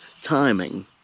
timing